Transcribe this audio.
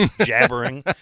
jabbering